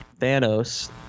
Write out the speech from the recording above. Thanos